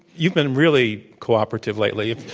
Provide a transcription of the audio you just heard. you've been really cooperative lately.